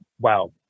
wow